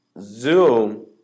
Zoom